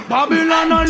Babylon